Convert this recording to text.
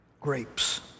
grapes